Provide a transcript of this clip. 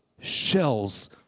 shells